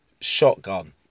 shotgun